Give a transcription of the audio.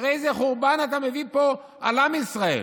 תראה איזה חורבן אתה מביא פה על עם ישראל.